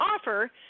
offer